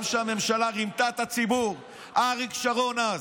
גם כשהממשלה רימתה את הציבור, אריק שרון אז: